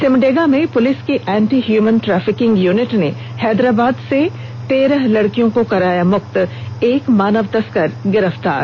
सिमडेगा में पुलिस की anti human trafficking unit ने हैदराबाद से तेरह लड़कियों को कराया मुक्त एक मानव तस्कर गिरफ्तार